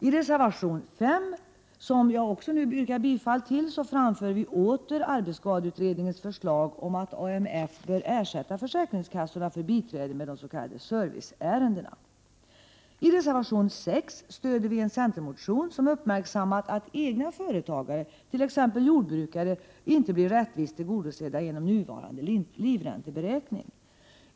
I reservation 5, som jag också yrkar bifall till, framför vi åter arbetsskadeutredningens förslag om att AMF bör ersätta försäkringskassorna vid biträde med de s.k. serviceärendena. I reservation 6 stödjer vi en centermotion där man har uppmärksammat att egenföretagare, t.ex. jordbrukare, inte blir rättvist behandlade genom nuvarande livränteberäkning.